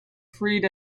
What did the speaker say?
freed